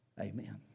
Amen